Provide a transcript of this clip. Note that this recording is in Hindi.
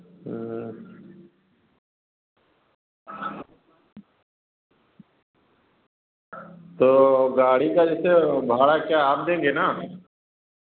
तो गाड़ी का भाड़ा क्या आप देंगे ना